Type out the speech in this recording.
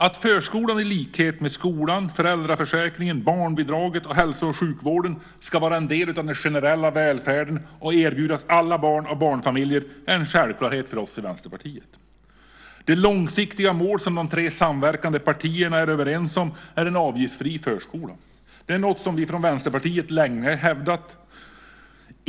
Att förskolan i likhet med skolan, föräldraförsäkringen, barnbidraget och hälso och sjukvården ska vara en del av den generella välfärden och erbjudas alla barn och barnfamiljer är en självklarhet för oss i Vänsterpartiet. Det långsiktiga mål som de tre samverkande partierna är överens om är en avgiftsfri förskola. Det är något som vi från Vänsterpartiet länge har hävdat.